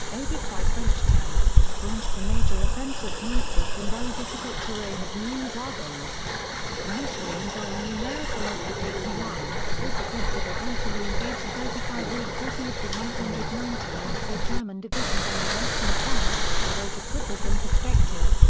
aided by french tanks, launched a major offensive northwards in very difficult terrain at meuse-argonne. initially enjoying numerical odds of eight to one, this offensive eventually engaged thirty five or forty of the one hundred and ninety or so german divisions on the western front, although to put this in perspective,